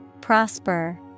Prosper